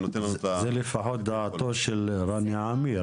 ונותן לנו --- זה לפחות דעתו של רני עמיר,